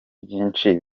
byinshi